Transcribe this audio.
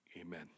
Amen